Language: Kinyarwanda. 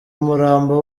umurambo